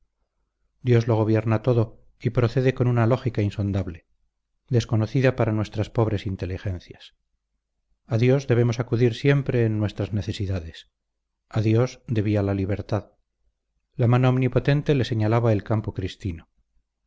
dios lo gobierna todo y procede con una lógica insondable desconocida para nuestras pobres inteligencias a dios debemos acudir siempre en nuestras necesidades a dios debía la libertad la mano omnipotente le señalaba el campo cristino